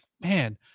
man